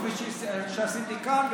כפי שעשיתי כאן.